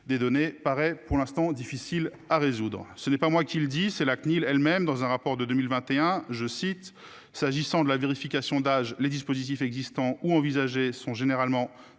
des données paraît pour l'instant difficile à résoudre. Ce n'est pas moi qui le dis, c'est la CNIL elles-mêmes dans un rapport de 2021, je cite, s'agissant de la vérification d'âge les dispositifs existants ou envisagés sont généralement